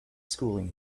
schooling